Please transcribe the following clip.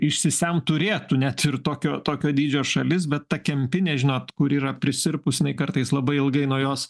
išsisemt turėtų net ir tokio tokio dydžio šalis bet ta kempinė žinot kur yra prisirpus jinai kartais labai ilgai nuo jos